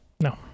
No